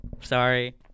Sorry